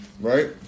Right